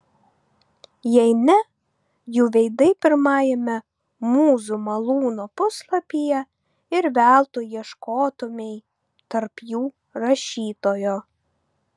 jei ne jų veidai pirmajame mūzų malūno puslapyje ir veltui ieškotumei tarp jų rašytojo